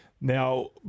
Now